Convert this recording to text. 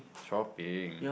shopping